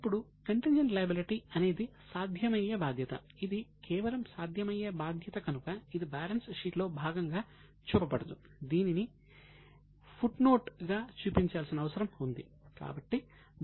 ఇప్పుడు కంటింజెంట్ లయబిలిటీగా చూపించాల్సిన అవసరం ఉంది